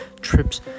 trips